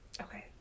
Okay